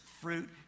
fruit